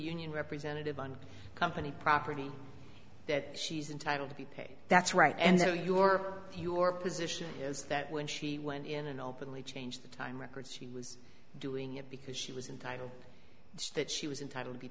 union representative on company property that she's entitled to be paid that's right and so your your position is that when she went in and openly changed the time records she was doing it because she was indicted that she was entitled to be